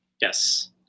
Yes